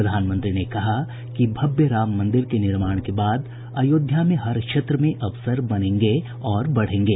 प्रधानमंत्री ने कहा कि भव्य राम मन्दिर के निर्माण के बाद अयोध्या में हर क्षेत्र में अवसर बनेंगे और बढ़ेंगे